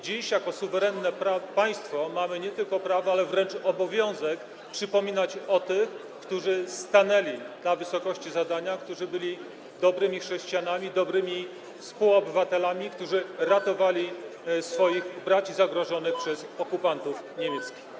Dziś jako suwerenne państwo mamy nie tylko prawo, ale wręcz obowiązek przypominać o tych, którzy stanęli na wysokości zadania, którzy byli dobrymi chrześcijanami, dobrymi współobywatelami, którzy ratowali swoich braci zagrożonych przez okupantów niemieckich.